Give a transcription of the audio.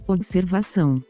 Observação